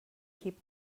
keep